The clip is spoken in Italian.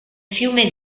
fiume